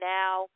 now